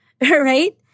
right